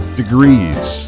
degrees